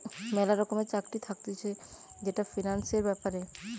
ম্যালা রকমের চাকরি থাকতিছে যেটা ফিন্যান্সের ব্যাপারে